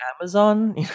Amazon